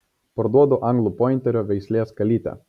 parduodu anglų pointerio veislės kalytę